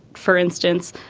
for instance,